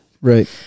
right